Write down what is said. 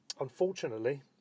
Unfortunately